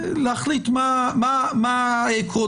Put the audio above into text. להחליט מה העקרונות,